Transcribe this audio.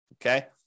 Okay